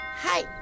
Hi